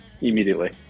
immediately